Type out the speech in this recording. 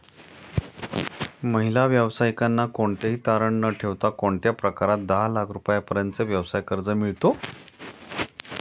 महिला व्यावसायिकांना कोणतेही तारण न ठेवता कोणत्या प्रकारात दहा लाख रुपयांपर्यंतचे व्यवसाय कर्ज मिळतो?